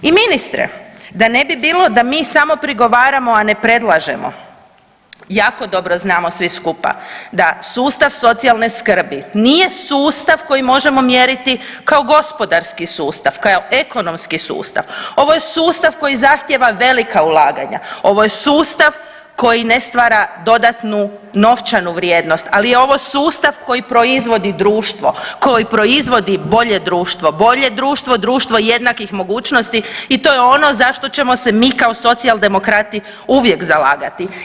I ministre da ne bi bilo da mi samo prigovaramo, a ne predlažemo, jako dobro znamo svi skupa da sustav socijalne skrbi nije sustav koji možemo mjeriti kao gospodarski sustav kao ekonomski sustav, ovo je sustav koji zahtjeva velika ulaganja, ovo je sustav koji ne stvara dodatnu novčanu vrijednost, ali je ovo sustav koji proizvodi društvo, koji proizvodi bolje društvo, bolje društvo, društvo jednakih mogućnosti i to je ono zašto ćemo se mi kao socijaldemokrati uvijek zalagati.